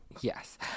Yes